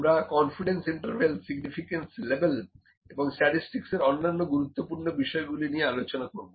আমরা confidence interval significance লেবেল এবং স্ট্যাটিসটিকস এর অন্যান্য গুরুত্বপূর্ণ বিষয়গুলি নিয়ে আলোচনা করব